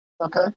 Okay